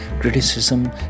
criticism